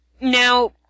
Now